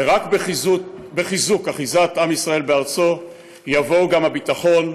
ורק בחיזוק אחיזת עם ישראל בארצו יבואו גם הביטחון,